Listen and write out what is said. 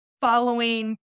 following